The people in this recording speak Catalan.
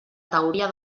teoria